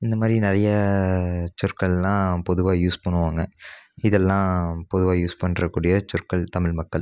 இந்த மாதிரி நிறையா சொற்கள்லாம் பொதுவாக யூஸ் பண்ணுவாங்க இதெல்லாம் பொதுவாக யூஸ் பண்ணுற கூடிய சொற்கள் தமிழ் மக்கள்